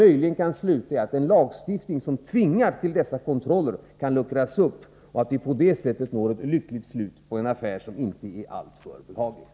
Möjligen kan detta ändå sluta i att den lagstiftning som tvingar till dessa kontroller luckras upp och att vi på det sättet når ett lyckligt slut på en affär som inte är alltför behaglig.